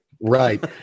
Right